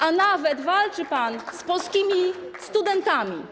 a nawet walczy pan z polskimi studentami.